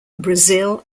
brazil